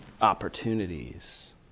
opportunities